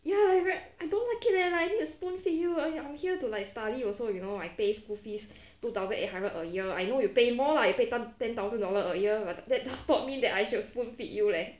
ya is like I don't like it leh like need to spoonfeed you I'm here to like study also you know I pay school fees two thousand eight hundred a year I know you pay more lah you pay ten thousand dollars a year but that does not mean that I should spoonfeed you leh